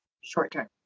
short-term